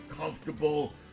comfortable